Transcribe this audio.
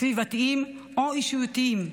סביבתיים או אישיותיים,